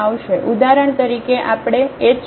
ઉદાહરણ તરીકે આપણે h 0